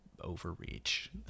overreach